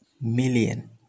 million